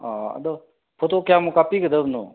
ꯑꯥ ꯑꯗꯣ ꯐꯣꯇꯣ ꯀꯌꯥꯃꯨꯛ ꯀꯥꯞꯄꯤꯒꯗꯕꯅꯣ